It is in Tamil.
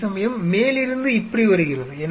அதேசமயம் மேலிருந்து இப்படி வருகிறது